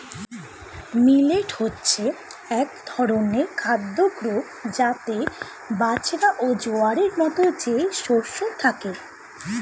millet হচ্ছে এক ধরনের খাদ্য গ্রূপ যাতে বাজরা, জোয়ারের মতো যেই শস্য থাকে